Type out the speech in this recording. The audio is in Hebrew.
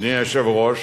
אדוני היושב-ראש,